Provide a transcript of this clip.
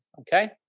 okay